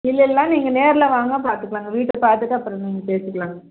இல்லை இல்லை நீங்கள் நேர்ல வாங்க பார்த்துக்கலாங்க வீட்டை பார்த்துட்டு அப்புறம் நீங்கள் பேசிக்கலாங்க